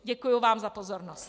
Děkuji vám za pozornost.